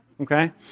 okay